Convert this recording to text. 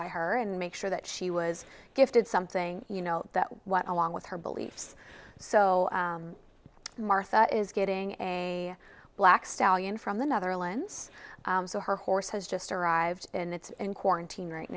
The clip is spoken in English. by her and make sure that she was gifted something you know what along with her beliefs so martha is getting a black stallion from the netherlands so her horse has just arrived and it's in quarantine right